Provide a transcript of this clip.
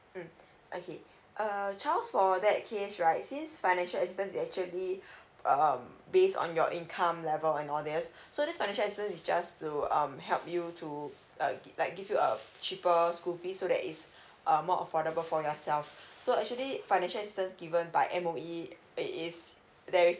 mm okay err charles for that case right since financial is actually um based on your income level and all this so this financial assistance is just to um help you to uh like give you a cheaper school fees so that is a more affordable for yourself so actually financial assistance given by M_O_E it is there is